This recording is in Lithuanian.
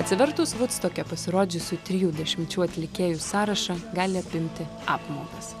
atsivertus vudstoke pasirodžiusių trijų dešimčių atlikėjų sąrašą gali apimti apmaudas